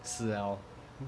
死 liao